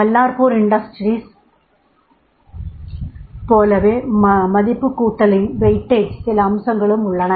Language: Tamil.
பல்லார்பூர் இண்டஸ்ட்ரீஸ் போலவே மதிப்புக்கூட்டலின் சில அம்சங்களும் உள்ளன